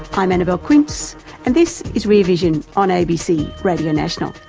i'm annabelle quince and this is rear vision on abc radio national.